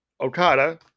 Okada